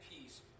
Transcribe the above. peace